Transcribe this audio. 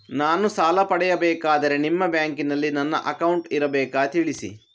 ನಾನು ಸಾಲ ಪಡೆಯಬೇಕಾದರೆ ನಿಮ್ಮ ಬ್ಯಾಂಕಿನಲ್ಲಿ ನನ್ನ ಅಕೌಂಟ್ ಇರಬೇಕಾ ತಿಳಿಸಿ?